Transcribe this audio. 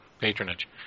patronage